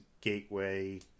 gateway